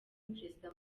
perezida